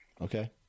Okay